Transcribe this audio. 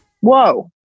Whoa